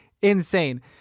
insane